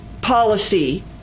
Policy